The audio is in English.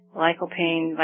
lycopene